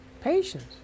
Patience